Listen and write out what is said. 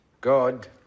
God